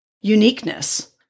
uniqueness